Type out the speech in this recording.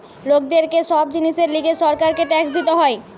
লোকদের কে সব জিনিসের লিগে সরকারকে ট্যাক্স দিতে হয়